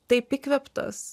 taip įkvėptas